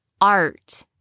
art